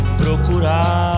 procurar